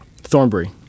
Thornbury